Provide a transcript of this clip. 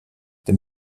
denn